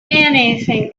anything